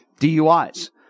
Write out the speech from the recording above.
DUIs